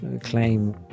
claim